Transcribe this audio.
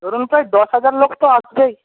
ধরুন প্রায় দশ হাজার লোক তো আসবেই